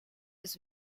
des